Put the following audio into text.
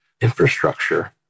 infrastructure